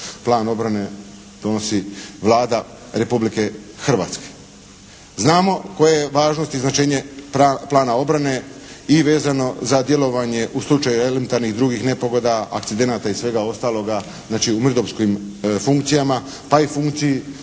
plan obrane donosi Vlada Republike Hrvatske. Znamo koje je važnost i značenje plana obrane i vezano za djelovanje u slučaju elementarnih i drugih nepogoda, akcidenata i svega ostaloga znači, u mirnodopskih funkcijama, pa i funkciji